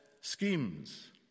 schemes